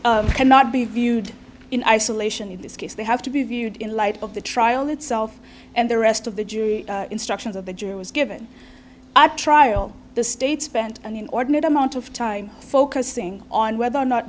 instructions cannot be viewed in isolation in this case they have to be viewed in light of the trial itself and the rest of the jury instructions of the jury was given i trial the state spent an inordinate amount of time focusing on whether or not